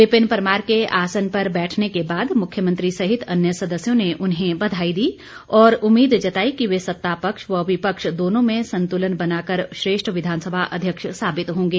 विपिन परमार के आसन पर बैठने के बाद मुख्यमंत्री सहित अन्य सदस्यों ने उन्हें बधाई दी और उम्मीद जताई कि वह सतापक्ष व विपक्ष दोनों में संतुलन बनाकर श्रेष्ठ विधानसभा अध्यक्ष साबित होंगे